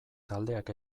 taldeak